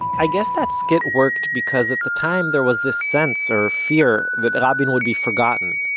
i guess that skit worked because at the time there was this sense, or fear, that rabin would be forgotten.